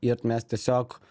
ir mes tiesiog